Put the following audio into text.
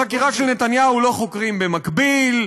בחקירה של נתניהו לא חוקרים במקביל,